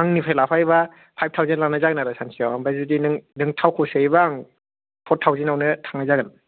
आंनिफ्राय लाफायोबा five thousand लानाय जागोन आरो सानसेयाव आमफ्राय जुदि नों थावखौ सोयोबा आं फर थावसेन्ड आवनो थांनाय जागोन